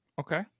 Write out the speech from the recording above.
Okay